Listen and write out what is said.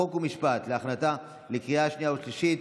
חוק ומשפט להכנתה לקריאה שנייה ושלישית.